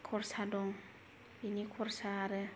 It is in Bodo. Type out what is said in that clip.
खरसा दं बिनि खरसा आरो